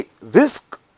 risk